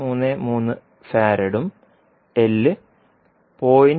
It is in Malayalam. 333 ഫറാഡും എൽ L 0